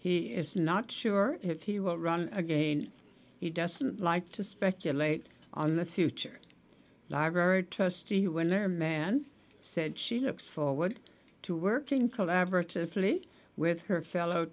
he is not sure if he will run again he doesn't like to speculate on the future library trustee when their man said she looks forward to working collaboratively with her fellow